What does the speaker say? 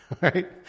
right